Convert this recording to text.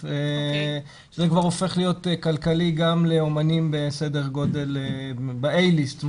שזה כבר הופך להיות כלכלי גם לאומנים בסדר גודל של A ליסט,